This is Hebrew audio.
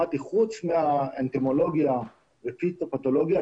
חוץ מאנטמולוגיה ופיתופתולוגיה,